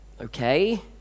Okay